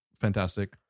fantastic